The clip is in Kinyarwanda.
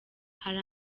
hari